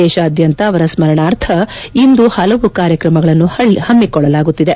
ದೇಶಾದ್ಯಂತ ಅವರ ಸ್ನರಣಾರ್ಥ ಇಂದು ಹಲವು ಕಾರ್ಯತ್ರಮಗಳನ್ನು ಪಮ್ನಿಕೊಳ್ಳಲಾಗುತ್ತಿದೆ